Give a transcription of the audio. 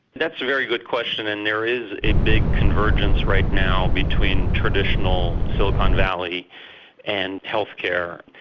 that's a very good question, and there is a big convergence right now between traditional silicon valley and healthcare.